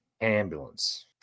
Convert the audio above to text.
Ambulance